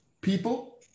people